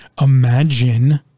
imagine